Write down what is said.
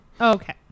Okay